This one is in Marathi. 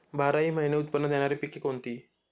बाराही महिने उत्त्पन्न देणारी पिके कोणती?